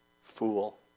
fool